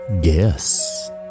Guess